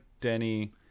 Denny